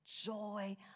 joy